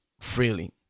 freely